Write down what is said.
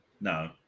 No